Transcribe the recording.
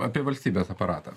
apie valstybės aparatą